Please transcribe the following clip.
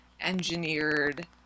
engineered